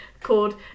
called